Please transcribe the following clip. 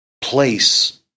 place